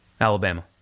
Alabama